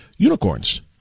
Unicorns